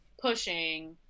pushing